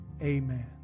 Amen